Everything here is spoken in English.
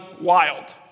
wild